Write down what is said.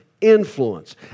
influence